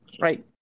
Right